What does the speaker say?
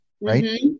right